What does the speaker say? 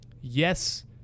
yes